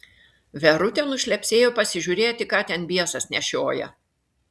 verutė nušlepsėjo pasižiūrėti ką ten biesas nešioja